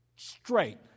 Straight